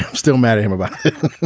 um still mad at him about the